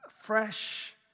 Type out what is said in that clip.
Fresh